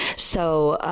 so,